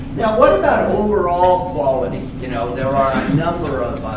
now what about overall quality? you know, there are a number of